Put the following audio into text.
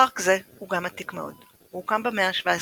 פארק זה הוא גם עתיק מאוד- הוא הוקם במאה ה-17,